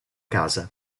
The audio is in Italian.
casa